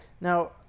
Now